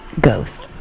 Ghost